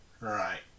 Right